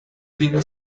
been